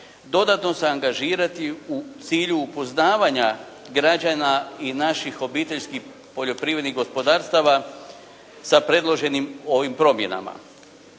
dodatno se angažirati u cilju upoznavanja građana i naših obiteljskih poljoprivrednih gospodarstava sa predloženim ovim promjenama.